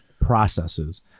processes